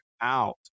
out